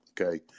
okay